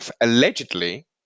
allegedly